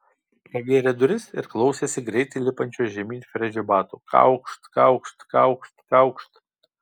pravėrė duris ir klausėsi greitai lipančio žemyn fredžio batų kaukšt kaukšt kaukšt kaukšt